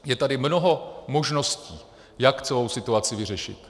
Je tady mnoho možností, jak celou situaci vyřešit.